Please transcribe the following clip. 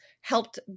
helped